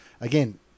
again